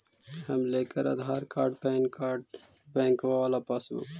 हम लेकर Aadhaar card PAN card बैंकवा वाला पासबुक?